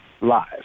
live